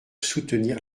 soutenir